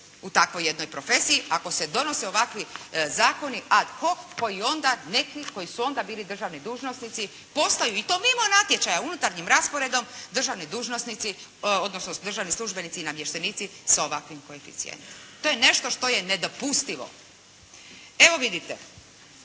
u takvoj jednoj profesiji. Ako se donose ovakvi zakoni ad hoc koji onda, neki koji su onda bili državni dužnosnici postaju i to mimo natječaja, unutarnjim rasporedom državni dužnosnici odnosno državni službenici i namještenici sa ovakvim koeficijentom. To je nešto što je nedopustivo. Evo vidite.